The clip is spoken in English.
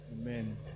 Amen